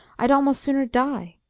i'd almost sooner die!